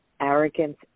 arrogance